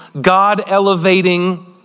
God-elevating